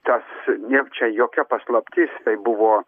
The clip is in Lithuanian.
tas jiem čia jokia paslaptis tai buvo